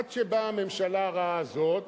עד שבאה הממשלה הרעה הזאת.